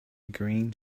green